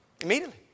Immediately